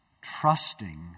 Trusting